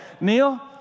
Neil